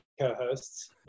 co-hosts